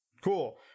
Cool